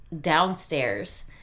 downstairs